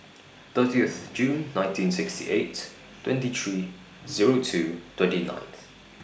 thirtieth June nineteen sixty eight twenty three Zero two twenty ninth